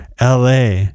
LA